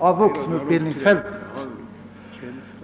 hela vuxenutbildningsfältet.